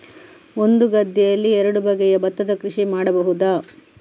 ಒಂದು ಗದ್ದೆಯಲ್ಲಿ ಎರಡು ಬಗೆಯ ಭತ್ತದ ಕೃಷಿ ಮಾಡಬಹುದಾ?